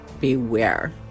Beware